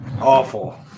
awful